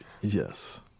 Yes